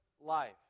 life